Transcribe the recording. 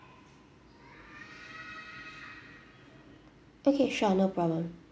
okay sure no problem